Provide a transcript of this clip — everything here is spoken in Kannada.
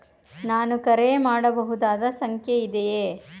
ನಾನು ಕರೆ ಮಾಡಬಹುದಾದ ಸಂಖ್ಯೆ ಇದೆಯೇ?